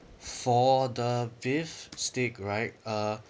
for the beef steak right uh